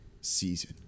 season